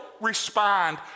respond